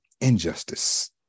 Injustice